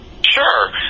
Sure